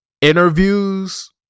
Interviews